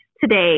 today